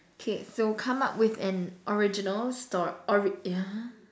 K so come up with an original sto~ ori~ !huh!